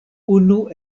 unu